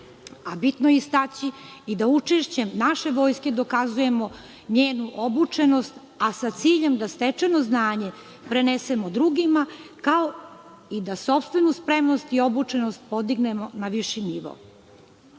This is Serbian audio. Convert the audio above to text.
a bitno je istaći i da učešćem naše Vojske dokazujemo njenu obučenost, a sa ciljem da stečeno znanje prenesemo drugima, kao i da sopstvenu spremnost i obučenost podignemo na viši nivo. Na